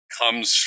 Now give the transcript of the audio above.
comes